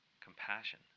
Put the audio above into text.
Compassion